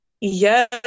Yes